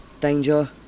Danger